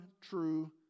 true